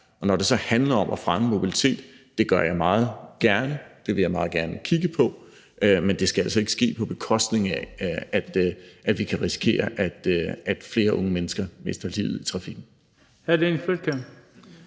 Og når det så handler om at fremme mobilitet, gør jeg det meget gerne – det vil jeg meget gerne kigge på – men det skal altså ikke ske på bekostning af, at vi kan risikere, at flere unge mennesker mister livet i trafikken.